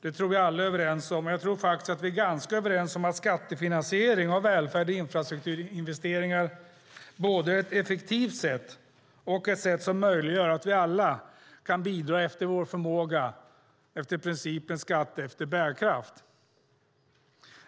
Det tror jag alla är överens om, och jag tror att vi också är ganska överens om att skattefinansiering av välfärd och infrastrukturinvesteringar är effektivt och möjliggör att vi alla kan bidra efter vår förmåga enligt principen skatt efter bärkraft.